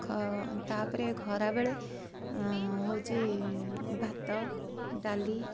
ଖ ତାପରେ ଖରାବେଳେ ହେଉଛି ଭାତ ଡାଲି